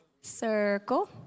circle